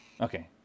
Okay